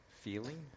feeling